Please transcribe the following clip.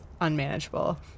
unmanageable